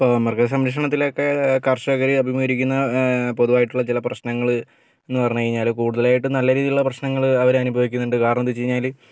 ഇപ്പോൾ മൃഗസംരക്ഷണത്തിലൊക്കെ കർഷകർ അഭിമുഖീകരിക്കുന്ന പൊതുവായിട്ടുള്ള ചില പ്രശ്നങ്ങൾ എന്ന് പറഞ്ഞു കഴിഞ്ഞാൽ കൂടുതലായിട്ടും നല്ല രീതിയിലുള്ള പ്രശ്നങ്ങൾ അവർ അനുഭവിക്കുന്നുണ്ട് കാരണമെന്താണെന്ന് വെച്ച് കഴിഞ്ഞാൽ